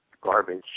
garbage